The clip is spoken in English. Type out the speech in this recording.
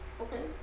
Okay